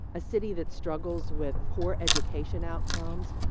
a city that struggles with poor education outcomes,